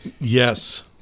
yes